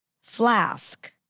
flask